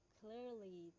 clearly